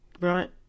right